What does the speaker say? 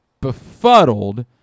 Befuddled